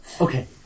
Okay